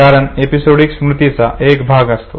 कारण एपिसोडिक स्मृतीचा तो एक भाग असतो